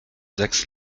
sechs